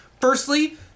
Firstly